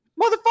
motherfucker